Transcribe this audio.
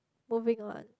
moving on